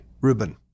Ruben